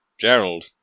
Gerald